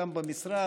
גם במשרד,